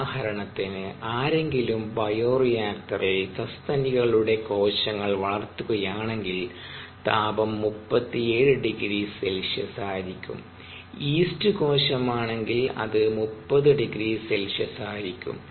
ഉദാഹരണത്തിന് ആരെങ്കിലും ബയോറിയാക്റ്ററിൽ സസ്തനികളുടെ കോശങ്ങൾ വളർത്തുകയാണെങ്കിൽ താപം 37 ºC ആയിരിയ്ക്കും യീസ്റ്റ് കോശമാണെങ്കിൽ അത് 30 ºC ആയിരിക്കും